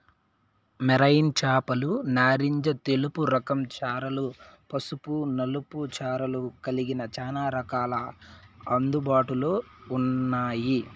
marine చేపలు నారింజ తెలుపు రకం చారలు, పసుపు నలుపు చారలు కలిగిన చానా రకాలు అందుబాటులో ఉన్నాయి